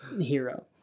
hero